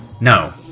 No